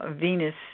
Venus